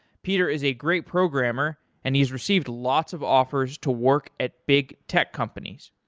peter is a great programmer and he's received lots of offers to work at big tech companies.